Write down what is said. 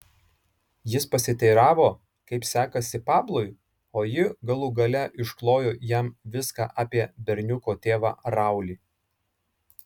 jis pasiteiravo kaip sekasi pablui o ji galų gale išklojo jam viską apie berniuko tėvą raulį